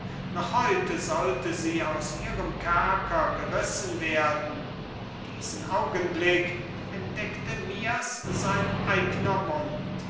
noch heute sollte sie aus ihrem kerker gerissen werden diesen augnblick entdeckte mir's sein eigner mund